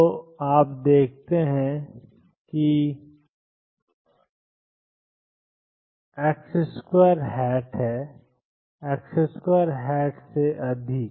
तो आप देखते हैं कि ⟨x2⟩ है ⟨x2⟩ से अधिक